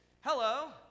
hello